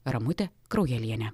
ramutė kraujalienė